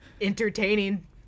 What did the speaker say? entertaining